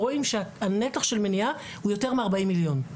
רואים שהנתח של מניעה הוא יותר מארבעים מיליון.